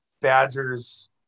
Badgers